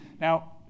Now